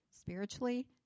Spiritually